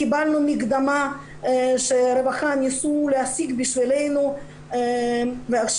קיבלנו מקדמה שהרווחה ניסו להשיג בשבילנו ועכשיו